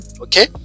Okay